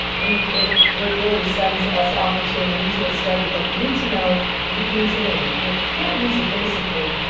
and it it really sends us off into an unusual study. but you need to know if you can use your name. and if you can't use your basic name,